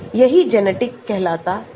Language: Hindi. यही जेनेटिक कहलाता है